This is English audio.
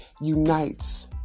unites